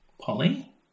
Polly